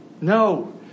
No